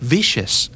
Vicious